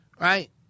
Right